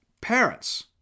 Parents